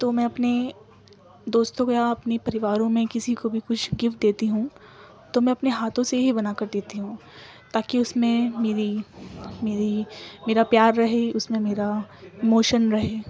تو میں اپنے دوستوں کے یا اپنے پریواروں میں کسی کو بھی کچھ گفٹ دیتی ہوں تو میں اپنے ہاتھوں سے ہی بنا کر دیتی ہوں تاکہ اس میں میری میری میرا پیار رہے اس میں میرا موشن رہے